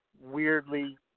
weirdly